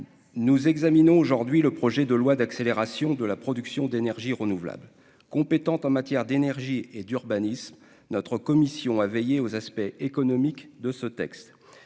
nous examinons aujourd'hui le projet de loi d'accélération de la production d'énergie renouvelables compétente en matière d'énergie et d'urbanisme, notre commission a veillé aux aspects économiques de ce texte